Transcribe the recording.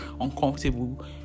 uncomfortable